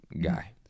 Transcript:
guy